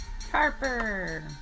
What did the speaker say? Harper